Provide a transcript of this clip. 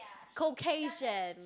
Caucasian